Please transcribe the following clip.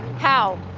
how?